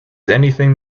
anything